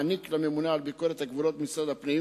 מעניק לממונה על ביקורת הגבולות במשרד הפנים